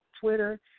Twitter